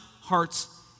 hearts